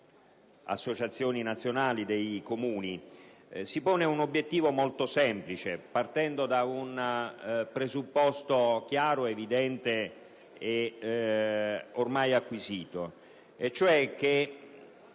associazioni nazionali dei comuni e si pone un obiettivo molto semplice, partendo da un presupposto chiaro, evidente ed ormai acquisito, e cioè che